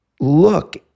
look